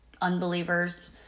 unbelievers